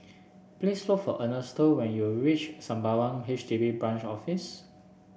please look for Ernesto when you reach Sembawang H D B Branch Office